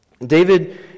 David